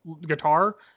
guitar